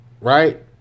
Right